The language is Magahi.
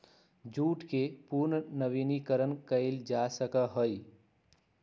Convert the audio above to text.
जूट के पुनर्नवीनीकरण कइल जा सका हई